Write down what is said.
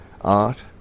art